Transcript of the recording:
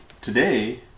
today